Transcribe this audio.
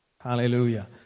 Hallelujah